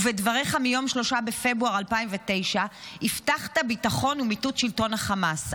ובדבריך מיום 3 בפברואר 2009 הבטחת ביטחון ומיטוט שלטון החמאס.